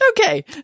Okay